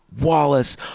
Wallace